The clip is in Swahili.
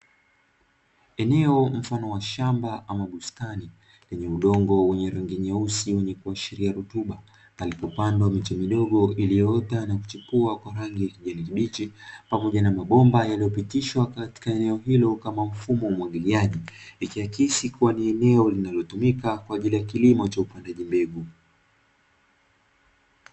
Eneo mfano wa shamba ama bustani, lenye udongo wenye rangi nyeusi wenye kuashiria rutuba palipopandwa miche midogo iliyoota na kuchipua kwa rangi ya kijani kibichi, pamoja na mabomba yaliyopitishwa katika eneo hilo kama mfumo wa umwagiliaji, ikiakisi kuwa ni eneo linalotumika kwa ajili ya kilimo cha upandaji mbegu.